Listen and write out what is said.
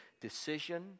decision